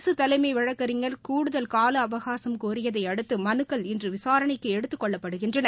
அரசு தலைமை வழக்கறிஞர் கூடுதல் கால அவகாசம் கோரியதை அடுத்து மலுக்கள் இன்று விசாரணைக்கு எடுத்துக் கொள்ளப்படுகின்றன